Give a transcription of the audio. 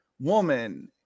woman